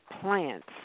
plants